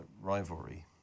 rivalry